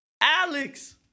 Alex